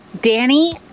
Danny